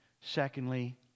secondly